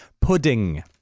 pudding